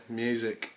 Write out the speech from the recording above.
music